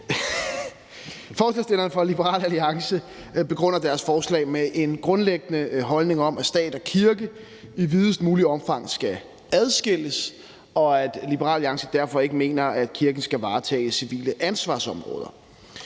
Forslagsstillerne fra Liberal Alliance begrunder deres forslag med en grundlæggende holdning om, at stat og kirke i videst mulig omfang skal adskilles, og at Liberal Alliance derfor ikke mener, at kirken skal varetage civile ansvarsområder.